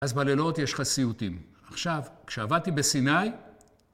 אז בלילות יש לך סיוטים. עכשיו, כשעבדתי בסיני...